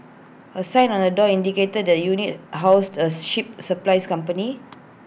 A sign on the door indicated that the unit housed A ship supplies company